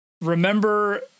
remember